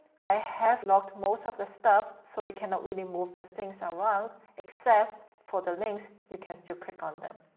i have locked most of the stuff, so you cannot really move the things around, except, except, for the links you can still click on them.